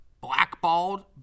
blackballed